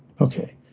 Okay